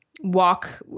walk